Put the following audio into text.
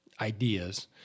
ideas